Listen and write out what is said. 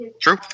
True